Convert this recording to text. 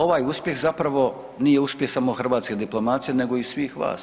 Ovaj uspjeh zapravo nije uspjeh samo hrvatske diplomacije nego i svih vas.